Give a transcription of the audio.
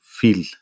feel